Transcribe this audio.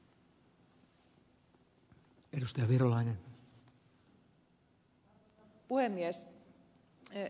arvoisa puhemies